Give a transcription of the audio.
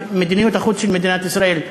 מדיניות החוץ של מדינת ישראל,